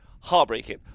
Heartbreaking